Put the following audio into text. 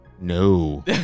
No